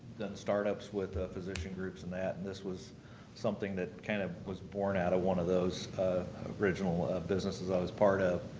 done start-ups with ah physician groups and that. and this was something that kind of was born out of one of those original businesses i was part of.